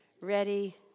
Ready